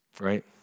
right